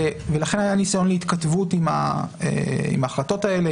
ולכן היה ניסיון להתכתבות עם החלטות האלה,